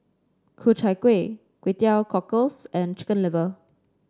Ku Chai Kueh Kway Teow Cockles and Chicken Liver